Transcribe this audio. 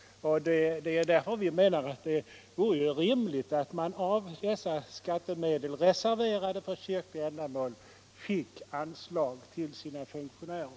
Det är därför vi anser att det vore rimligt att man av dessa skattemedel, reserverade för kyrkliga ändamål, fick ett anslag för sina funktionärer.